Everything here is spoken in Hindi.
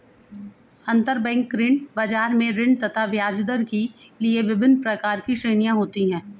अंतरबैंक ऋण बाजार में ऋण तथा ब्याजदर के लिए विभिन्न प्रकार की श्रेणियां होती है